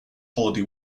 holiday